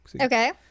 Okay